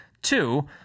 Two